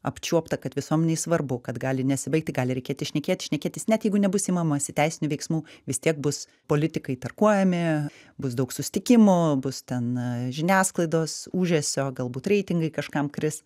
apčiuopta kad visuomenei svarbu kad gali nesibaigti gali reikėti šnekėtis šnekėtis net jeigu nebus imamasi teisinių veiksmų vis tiek bus politikai tarkuojami bus daug susitikimų bus ten žiniasklaidos ūžesio galbūt reitingai kažkam kris